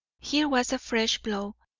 here was a fresh blow.